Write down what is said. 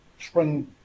spring